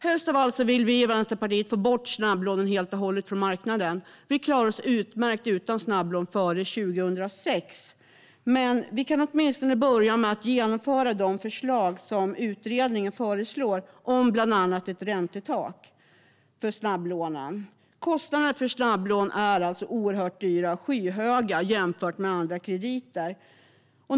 Helst av allt vill vi i Vänsterpartiet få bort snabblånen från marknaden helt och hållet; vi klarade oss utmärkt utan snabblån före 2006. Men vi kan åtminstone börja med att genomföra de förslag som utredningen föreslår om bland annat ett räntetak för snabblånen. Kostnaderna för snabblån är skyhöga jämfört med andra krediter.